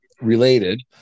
related